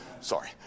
Sorry